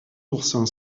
oursin